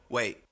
Wait